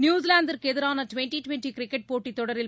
நியூசிலாந்துக்கு எதிரான twenty twenty cricket போட்டித் தொடரில்